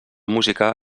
música